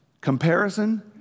comparison